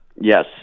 Yes